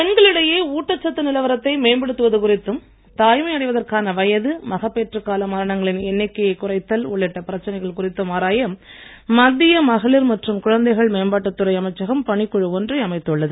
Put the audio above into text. பெண்களிடையே ஊட்டச் சத்து நிலவரத்தை மேம்படுத்துவது குறித்தும் தாய்மை அடைவதற்கான வயது மகப்பேற்றுக் கால மரணங்களின் எண்ணிக்கையைக் குறைத்தல் உள்ளிட்ட பிரச்சனைகள் குறித்தும் ஆராய மத்திய மகளிர் மற்றும் குழந்தைகள் மேம்பாட்டுத் துறை அமைச்சகம் பணிக்குழு ஒன்றை அமைத்துள்ளது